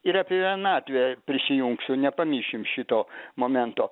ir apie vienatvę prisijungsiu nepamišim šito momento